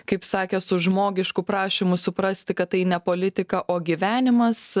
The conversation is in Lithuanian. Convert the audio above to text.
kaip sakė su žmogišku prašymu suprasti kad tai ne politika o gyvenimas